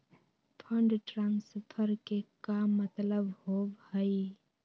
Fund transfer के का मतलब होव हई?